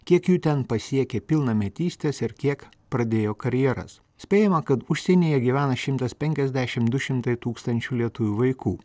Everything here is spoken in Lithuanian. kiek jų ten pasiekė pilnametystės ir kiek pradėjo karjeras spėjama kad užsienyje gyvena šimtas penkiasdešim du šimtai tūkstančių lietuvių vaikų